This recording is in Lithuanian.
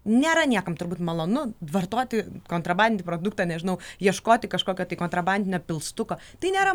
nėra niekam turbūt malonu vartoti kontrabandinį produktą nežinau ieškoti kažkokio tai kontrabandinio pilstuko tai nėra